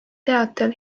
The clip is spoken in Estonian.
teatel